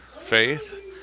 Faith